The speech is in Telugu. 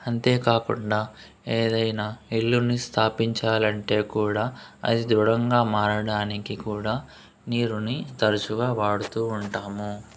అంతేకాకుండా ఏదైన ఇల్లుని స్థాపించాలంటే కూడా అది దృఢంగా మారడానికి కూడా నీరుని తరచుగా వాడుతూ ఉంటాము